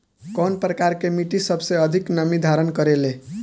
कउन प्रकार के मिट्टी सबसे अधिक नमी धारण करे ले?